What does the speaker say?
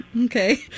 Okay